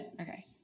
Okay